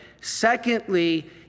Secondly